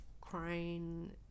crying